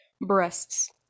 breasts